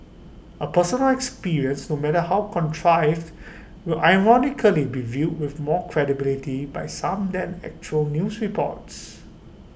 A personal experience no matter how contrived will ironically be viewed with more credibility by some than actual news reports